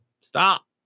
Stop